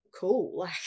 cool